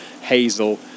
hazel